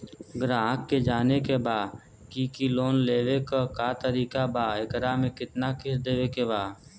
ग्राहक के जाने के बा की की लोन लेवे क का तरीका बा एकरा में कितना किस्त देवे के बा?